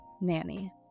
nanny